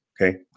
Okay